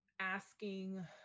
Asking